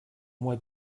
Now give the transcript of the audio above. mois